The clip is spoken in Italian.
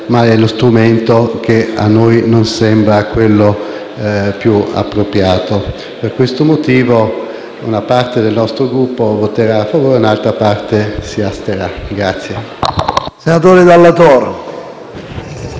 ma con uno strumento che a noi non sembra quello più appropriato. Per questo motivo una parte del nostro Gruppo voterà a favore e un'altra parte si asterrà. [DALLA